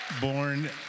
Born